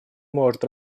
может